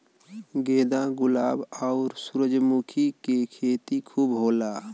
गेंदा गुलाब आउर सूरजमुखी के खेती खूब होला